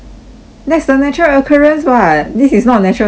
that's the natural occurrence [what] this is not natural then what is it